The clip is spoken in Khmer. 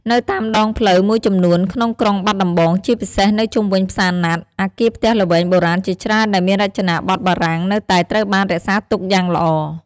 នៅតាមដងផ្លូវមួយចំនួនក្នុងក្រុងបាត់ដំបង ជាពិសេសនៅជុំវិញផ្សារណាត់ អគារផ្ទះល្វែងបុរាណជាច្រើនដែលមានរចនាបថបារាំងនៅតែត្រូវបានរក្សាទុកយ៉ាងល្អ។